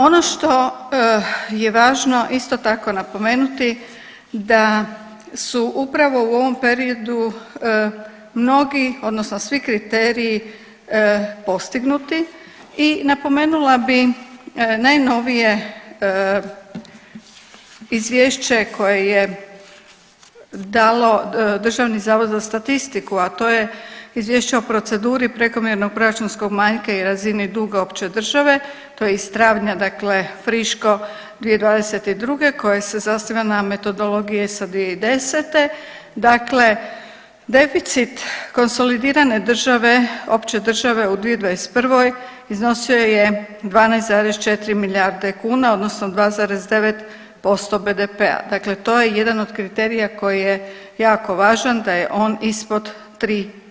Ono što je važno isto tako napomenuti da su upravo u ovom periodu mnogi odnosno svi kriteriji postignuti i napomenula bi najnovije izvješće koje je dalo Državni zavod za statistiku, a to je Izvješće o proceduri prekomjernog proračunskog manjka i razini duga opće države, to je iz travnja dakle friško 2022. koje se zasniva na metodologiji ESA 2010., dakle deficit konsolidirane države, opće države u 2021. iznosio je 12,4 milijarde kuna odnosno 2,9% BDP-a dakle to je jedan od kriterija koji je jako važan da je on ispod 3%